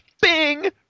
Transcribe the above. Bing